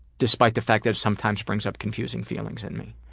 despite the fact that it sometimes brings up confusing feelings in me?